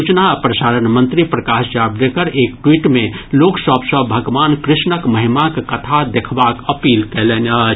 सूचना आ प्रसारण मंत्री प्रकाश जावड़ेकर एक ट्वीट मे लोक सभ सँ भगवान कृष्णक महिमाक कथा देखबाक अपील कयलनि अछि